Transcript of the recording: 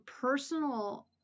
personal